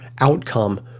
outcome